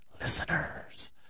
listeners